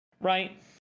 right